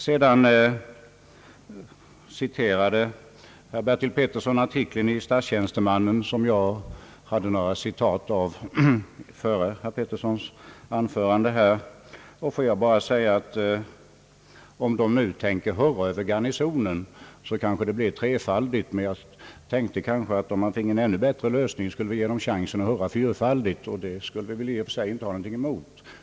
Herr Bertil Petersson citerade ur den artikel i Statstjänstemannen som jag hade citerat ur dessförinnan. Om man nu tänker hurra över Garnisonen, kanske det blir trefaldigt, men om man finge en ännu bättre lösning skulle det finnas anledning att hurra fyrfaldigt, och det skulle vi väl i och för sig inte ha någonting emot.